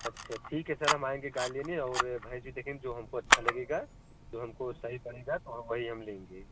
अच्छे ठीक है सर हम आएँगे गाय लेने और भैंस जो देखेंग जो हमको अच्छा लगेगा जो हमको सही पड़ेगा तो हम वही हम लेंगे